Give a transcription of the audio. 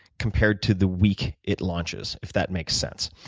compared to the week it launches, if that makes sense.